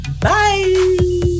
Bye